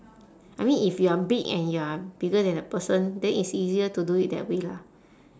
I mean if you are big and you are bigger than the person then it's easier to do it that way lah